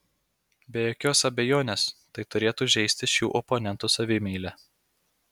be jokios abejonės tai turėtų žeisti šių oponentų savimeilę